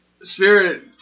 Spirit